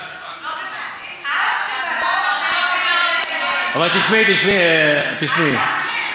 לא מתנהגים כך, אבל תשמעי, תשמעי.